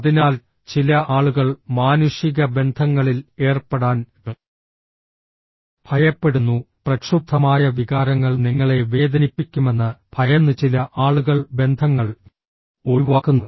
അതിനാൽ ചില ആളുകൾ മാനുഷിക ബന്ധങ്ങളിൽ ഏർപ്പെടാൻ ഭയപ്പെടുന്നു പ്രക്ഷുബ്ധമായ വികാരങ്ങൾ നിങ്ങളെ വേദനിപ്പിക്കുമെന്ന് ഭയന്ന് ചില ആളുകൾ ബന്ധങ്ങൾ ഒഴിവാക്കുന്നു